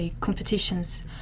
competitions